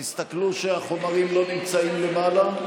תסתכלו שהחומרים לא נמצאים למעלה.